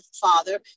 father